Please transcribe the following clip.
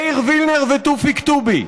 מאיר וילנר ותופיק טובי,